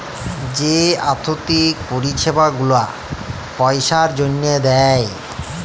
যে আথ্থিক পরিছেবা গুলা পইসার জ্যনহে দেয়